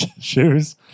Shoes